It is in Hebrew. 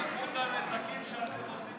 כמות הנזקים שאתם עושים במדינת ישראל לא נתפסת.